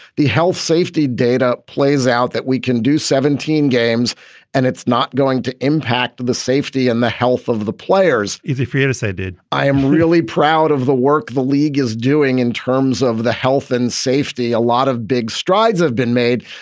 the health safety data plays out that we can do seventeen games and it's not going to impact the safety and the health of the players easy for you to say did i am really proud of the work the league is doing in terms of the health and safety. a lot of big strides have been made.